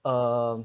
um